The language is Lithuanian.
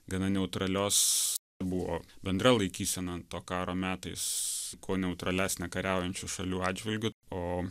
gana neutralios buvo bendra laikysena to karo metais kuo neutralesnė kariaujančių šalių atžvilgiu o